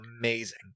amazing